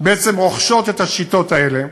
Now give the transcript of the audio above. בעצם רוכשות את השיטות האלה,